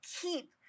keep